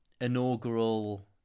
inaugural